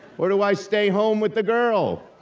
or do i stay home with the girl?